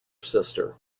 sister